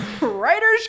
Writers